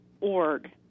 org